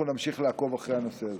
אנחנו נמשיך לעקוב אחרי הנושא הזה.